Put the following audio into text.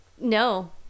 No